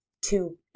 two